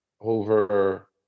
over